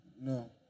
no